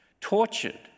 tortured